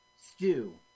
stew